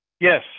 Yes